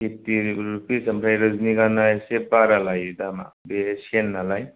fifty rupees ओमफ्राय रजनिगन्धाया एसे बारा लायो दामा बे चेन नालाय